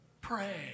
pray